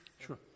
sure